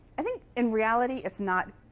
i think in reality, it's not